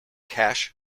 cache